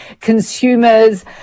consumers